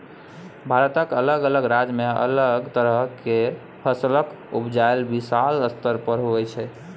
भारतक अलग अलग राज्य में अलग तरह केर फसलक उपजा विशाल स्तर पर होइ छै